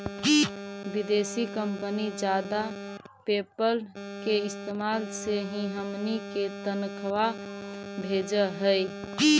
विदेशी कंपनी जादा पयेपल के इस्तेमाल से ही हमनी के तनख्वा भेजऽ हइ